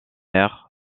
air